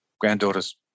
granddaughter's